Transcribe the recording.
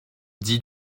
dit